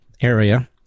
area